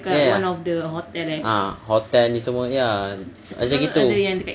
ya ha hotel ni semua ya macam gitu